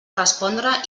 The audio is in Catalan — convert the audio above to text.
respondre